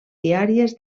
diàries